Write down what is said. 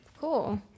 Cool